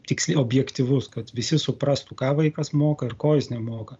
tiksliai objektyvus kad visi suprastų ką vaikas moka ir ko jis nemoka